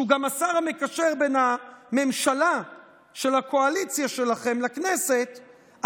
שהוא גם השר המקשר בין הממשלה של הקואליציה שלכם לכנסת,